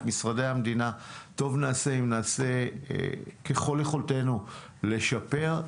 טוב נעשה אם נעשה ככול יכולתנו לשפר.